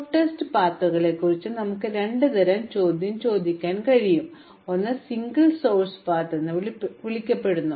അതിനാൽ ഹ്രസ്വമായ പാതകളെക്കുറിച്ച് നമുക്ക് രണ്ട് തരം ചോദ്യം ചോദിക്കാൻ കഴിയും ഒന്ന് സിംഗിൾ സോഴ്സ് പാത്ത് എന്ന് വിളിക്കപ്പെടുന്നു